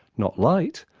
not light,